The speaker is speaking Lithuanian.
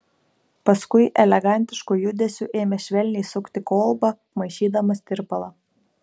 paskui elegantišku judesiu ėmė švelniai sukti kolbą maišydamas tirpalą